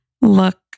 look